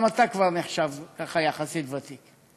גם אתה נחשב יחסית ותיק.